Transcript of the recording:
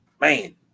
man